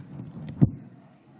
אדוני